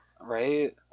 Right